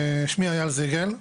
שמי אייל זיגל,